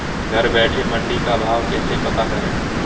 घर बैठे मंडी का भाव कैसे पता करें?